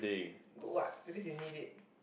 good what because you need it